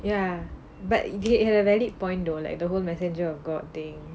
ya but they had a valid point though like the whole messenger of god thing